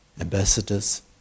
ambassadors